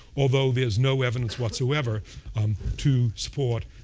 although there is no evidence whatsoever um to support